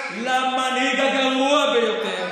למנהיג הגרוע ביותר,